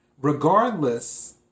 Regardless